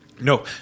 No